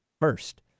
first